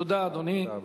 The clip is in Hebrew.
תודה, אדוני.